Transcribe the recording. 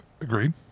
Agreed